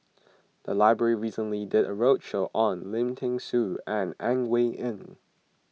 the library recently did a roadshow on Lim thean Soo and Ang Wei Neng